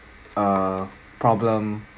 a problem